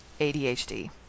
ADHD